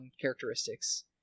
characteristics